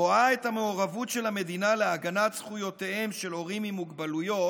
רואה את המעורבות של המדינה להגנת זכויותיהם של הורים עם מוגבלויות